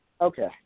Okay